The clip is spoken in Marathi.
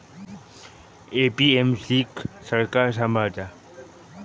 ए.पी.एम.सी क सरकार सांभाळता